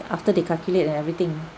after they calculate and everything